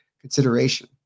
consideration